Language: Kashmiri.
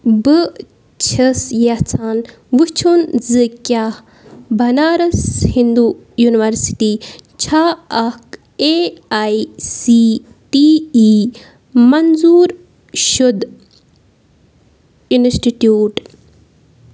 بہٕ چھَس یژھان وٕچھُن زِ کیٛاہ بَنارس ہِندوٗ یوٗنیوَرسِٹی چھا اکھ A I C T E منظوٗر شُدٕ اِنسٹِٹیوٗٹ